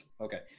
Okay